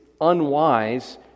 unwise